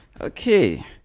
okay